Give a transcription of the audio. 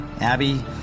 Abby